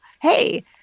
hey